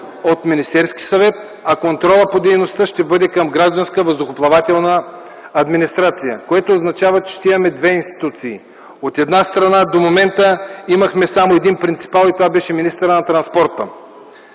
от Министерския съвет, а контролът по дейността ще бъде към Гражданска въздухоплавателна администрация, което означава, че ще имаме две институции. От една страна, до момента имахме само един принципал – това беше министърът на транспорта;